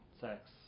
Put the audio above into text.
sex